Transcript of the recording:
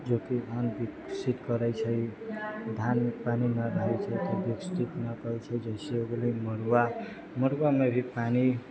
जोकी धान विकसित करै छै धान मे पानी न रहै छै तऽ ओ विकसित न करै छै जैसे हो गेलै मरुआ मरुआ मे भी पानी